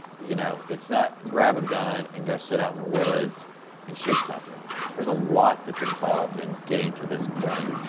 you know, it's not grab a gun, and go sit out in the woods and shoot something there's a lot that's involved in getting to this point.